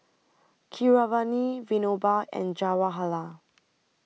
Keeravani Vinoba and Jawaharlal